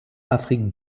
afrique